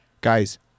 guys